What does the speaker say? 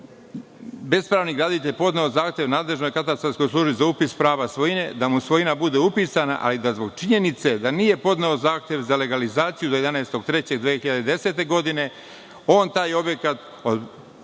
je bespravni graditelj podneo zahtev nadležnoj katastarskoj službi za upis prava svojine da mu svojina bude upisana, a i da zbog činjenice da nije podneo zahtev za legalizaciju do 11.3.2010. godine, on taj objekat po